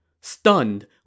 Stunned